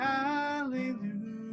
Hallelujah